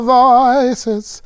voices